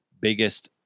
biggest